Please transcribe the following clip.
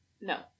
No